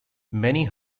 many